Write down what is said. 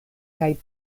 kaj